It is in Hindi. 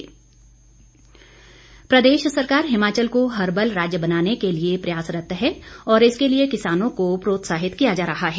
परमार प्रदेश सरकार हिमाचल को हर्बल राज्य बनाने के लिए प्रयासरत है और इसके लिए किसानों को प्रोत्साहित किया जा रहा है